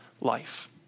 life